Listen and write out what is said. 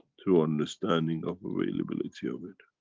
through understanding of availability of it.